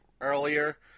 earlier